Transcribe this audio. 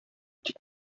тик